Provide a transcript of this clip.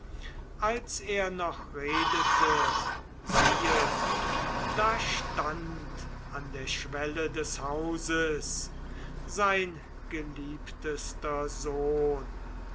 als er noch redete siehe da stand an der schwelle des hauses sein geliebtester sohn